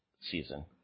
season